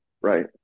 right